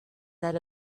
that